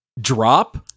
drop